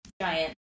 giant